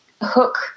hook